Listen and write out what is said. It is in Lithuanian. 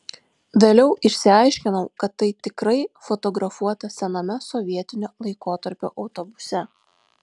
vėliau išsiaiškinau kad tai tikrai fotografuota sename sovietinio laikotarpio autobuse